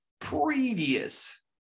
previous